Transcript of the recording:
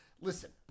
listen